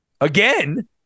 again